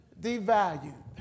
devalued